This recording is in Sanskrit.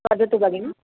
वदतु भगिनि